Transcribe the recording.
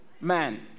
man